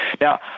Now